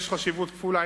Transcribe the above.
יש חשיבות כפולה,